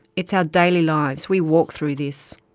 it's our daily lives, we walk through this.